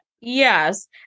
Yes